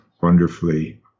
wonderfully